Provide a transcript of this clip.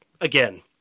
again